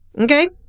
okay